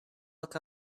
look